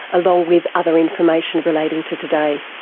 along with other information relating to today.